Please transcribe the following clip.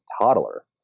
toddler